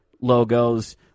logos